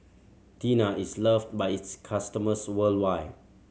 Tena is loved by its customers worldwide